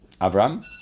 Avram